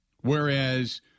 Whereas